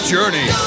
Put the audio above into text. Journey